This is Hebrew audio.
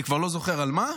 אני כבר לא זוכר על מה.